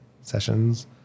Sessions